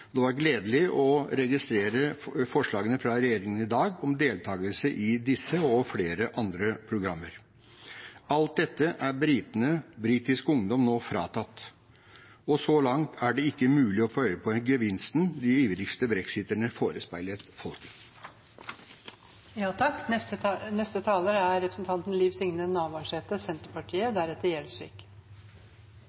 Det var gledelig å registrere forslagene fra regjeringen i dag om deltakelse i disse og flere andre programmer. Alt dette er britene, britisk ungdom, nå fratatt, og så langt er det ikke mulig å få øye på gevinsten de ivrigste brexiterne forespeilet